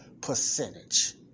percentage